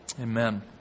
amen